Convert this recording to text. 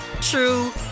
true